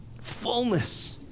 Fullness